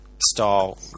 style